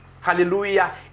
Hallelujah